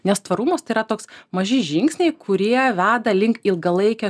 nes tvarumas tai yra toks maži žingsniai kurie veda link ilgalaikio